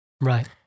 Right